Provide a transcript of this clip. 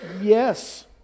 Yes